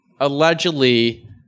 allegedly